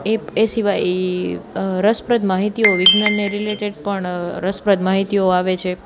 app એ સિવાય રસપ્રદ માહિતીઓ વિજ્ઞાનને રિલેટેડ પણ રસપ્રદ માહિતીઓ આવે છે